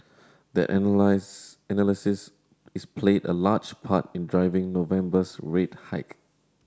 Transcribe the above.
that analyse analysis is played a large part in driving November's rate hike